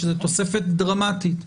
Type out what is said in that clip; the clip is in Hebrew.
שזאת תוספת דרמטית.